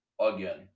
again